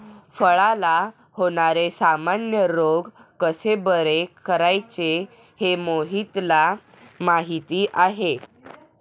फळांला होणारे सामान्य रोग कसे बरे करायचे हे मोहितला माहीती आहे